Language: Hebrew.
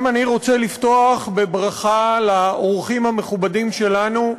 גם אני רוצה לפתוח בברכה לאורחים המכובדים שלנו,